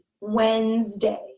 Wednesday